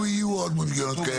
לא יהיו עוד מיגוניות כאלה.